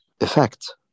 effect